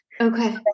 Okay